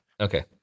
Okay